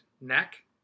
neck